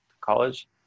college